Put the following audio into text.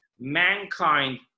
Mankind